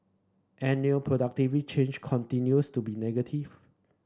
annual productivity change continues to be negative